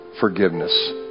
forgiveness